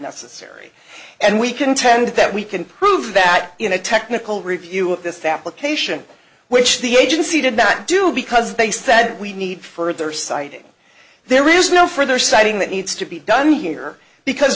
necessary and we contend that we can prove that in a technical review of this application which the agency did not do because they said we need further citing there is no further citing that needs to be done here because